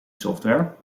software